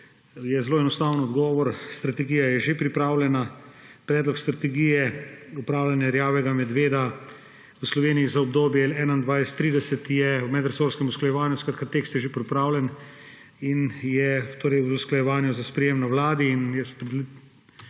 zelo enostaven. Strategija je že pripravljena. Predlog strategije upravljanja rjavega medveda v Sloveniji za obdobje 2021–2030 je v medresorskem usklajevanju. Skratka, tekst je že pripravljen in je v usklajevanju za sprejetje na Vladi in jaz